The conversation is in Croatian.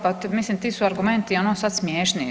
Pa mislim ti su argumenti ono sad smiješni.